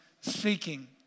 seeking